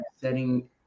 setting